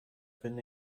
bin